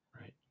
Right